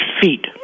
feet